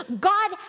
God